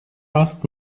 asked